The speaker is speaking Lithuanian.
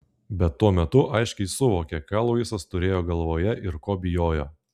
bet tuo metu aiškiai suvokė ką luisas turėjo galvoje ir ko bijojo